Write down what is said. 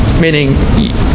Meaning